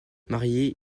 marié